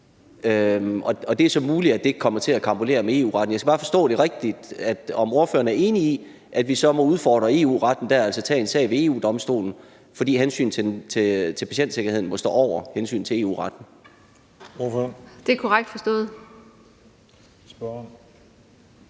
det er så muligt, at det kommer til at karambolere med EU-retten. Jeg skal bare forstå det rigtigt, i forhold til om ordføreren er enig i, at vi så må udfordre EU-retten, altså tage en sag ved EU-Domstolen, fordi hensynet til patientsikkerheden må stå over hensynet til EU-retten. Kl. 12:09 Den fg.